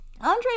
Andre